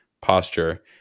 posture